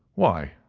why,